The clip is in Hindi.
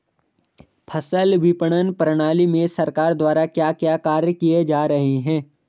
फसल विपणन प्रणाली में सरकार द्वारा क्या क्या कार्य किए जा रहे हैं?